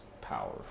power